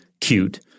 cute